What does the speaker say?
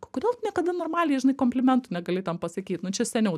o kodėl niekada normaliai žinai komplimentų negali ten pasakyt nu čia seniau